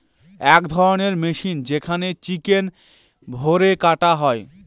এক ধরণের মেশিন যেখানে চিকেন ভোরে কাটা হয়